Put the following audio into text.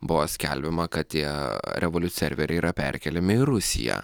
buvo skelbiama kad tie revoliut serveriai yra perkeliami į rusiją